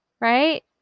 right